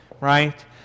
Right